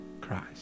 Christ